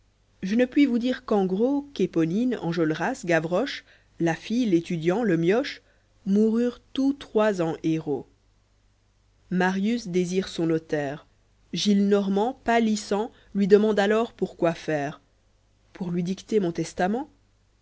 je ne puis vous dire qu'en gros qu'éponine enjolras gavroche la fille l'étudiant le mioche moururent tous trois eh héros marius désire son notaire gillenormand pâlissant lui demande alors pourquoi faire pour lui dicter mon testament